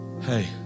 Hey